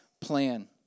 plan